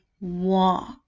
walk